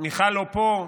מיכל לא פה,